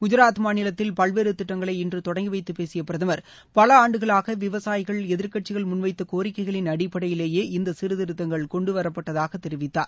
குஜராத் மாநிலத்தில் பல்வேறு திட்டங்களை இன்று தொடங்கி வைத்தப் பேசிய பிரதமர் பல ஆண்டுகளாக விவசாயிகள் எதிர்க்கட்சிகள் முன்வைத்த கோரிக்கைகளின் அடிப்படையிலேயே இந்த சீர்திருத்தங்கள் கொண்டு வரப்பட்டதாக தெரிவித்தார்